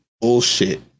bullshit